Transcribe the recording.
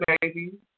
baby